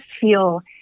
feel